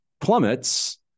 plummets